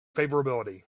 favorability